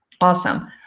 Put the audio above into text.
Awesome